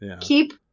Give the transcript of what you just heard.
keep